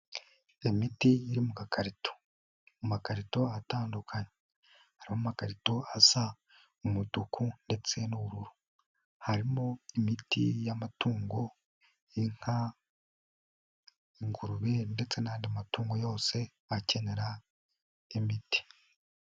Imiti iri mu kakarito. Mu makarito atandukanye, harimo amakarito asa umutuku ndetse n'uburu, harimo imiti y'amatungo; inka, ingurube ndetse n'andi matungo yose akenera imiti.